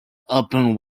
opened